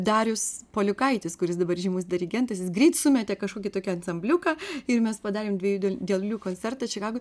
darius polikaitis kuris dabar žymus dirigentas jis greit sumetė kažkokį tokį ansambliuką ir mes padarėm dvejų dėl jų koncertą čikagoj